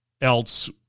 else